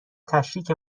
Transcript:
تشریک